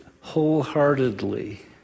wholeheartedly